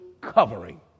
covering